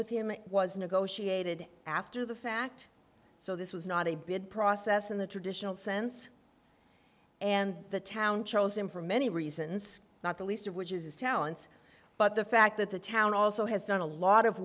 with him was negotiated after the fact so this was not a bid process in the traditional sense and the town chose him for many reasons not the least of which is his talents but the fact that the town also has done a lot of